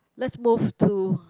let's move to